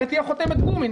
היא תהיה חותמת גומי,